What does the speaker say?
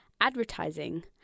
advertising